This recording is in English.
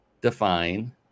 define